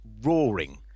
roaring